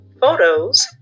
photos